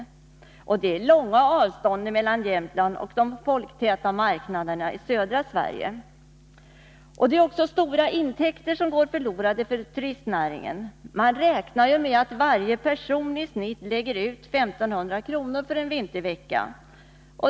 Det är ju fråga om långa avstånd mellan Jämtland och de folktäta marknaderna i södra Sverige. Vidare går stora intäkter förlorade för turistnäringen. Man räknar nämligen med att varje person i genomsnitt lägger ut 1500 kr. för en vintervecka.